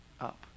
up